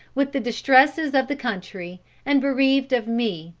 with the distresses of the country and bereaved of me,